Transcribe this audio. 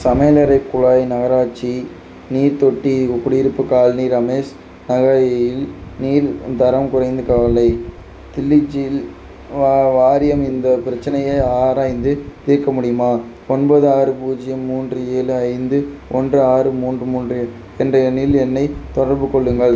சமையலறைக் குழாய் நகராட்சி நீர்த் தொட்டி குடியிருப்புக் காலனி ரமேஷ் நகரில் நீரின் தரம் குறைந்து கவலை தில்லி ஜில் வா வாரியம் இந்த பிரச்சினையை ஆராய்ந்து தீர்க்க முடியுமா ஒன்பது ஆறு பூஜ்ஜியம் மூன்று ஏழு ஐந்து ஒன்று ஆறு மூன்று மூன்று என்ற எண்ணில் என்னைத் தொடர்பு கொள்ளுங்கள்